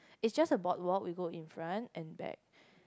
is just a boardwalk we go in front and back